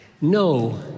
No